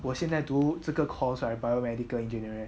我现在读这个 course right biomedical engineering